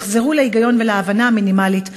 יחזרו להיגיון ולהבנה המינימלית הנדרשת,